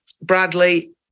Bradley